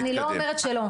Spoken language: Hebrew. בסדר, אני לא אומרת שלא.